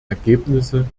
ergebnisse